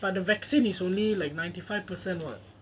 but the vaccine is only like ninety five percent [what]